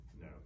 no